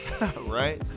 right